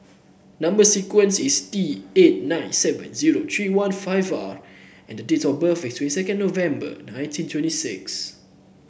number sequence is T eight nine seven zero three one five R and the date of birth is twenty second November nineteen twenty six